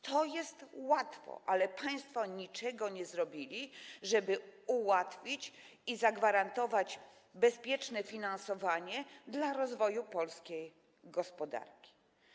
To jest łatwo, ale państwo niczego nie zrobili, żeby ułatwić i zagwarantować bezpieczne finansowanie dla rozwoju polskiej gospodarki.